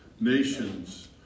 nations